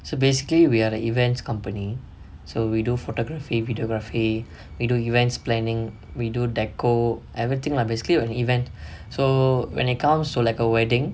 so basically we are the events company so we do photography videography we do events planning we do decor everything lah basically on event so when it comes to like a wedding